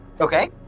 Okay